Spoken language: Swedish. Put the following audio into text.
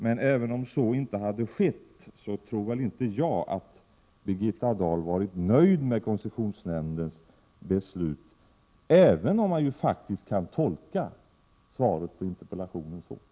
Men även om så inte hade skett, kan jag inte tro att Birgitta Dahl hade varit nöjd med koncessionsnämndens beslut, trots att interpellationssvaret faktiskt kan tolkas som om hon är det.